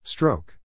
Stroke